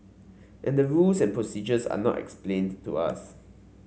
and the rules and procedures are not explained to us